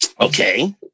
Okay